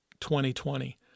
2020